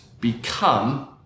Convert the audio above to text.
become